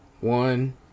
One